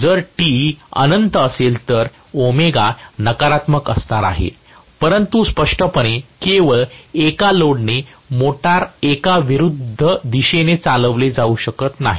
जर Te अनंत असेल तर ω नकारात्मक असणार आहे परंतु स्पष्टपणे केवळ एका लोड ने मोटर एका विरुद्ध दिशेने चालविली जाऊ शकत नाही